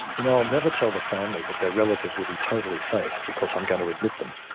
you know, i'll never tell the family that their relative will be totally safe because i'm going to admit them.